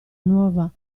nuova